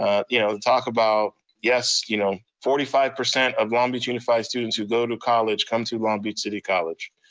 ah you know talk about, yes, you know forty five percent of long beach unified students who go to college, come to long beach city college.